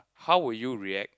how would you react